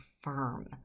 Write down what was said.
firm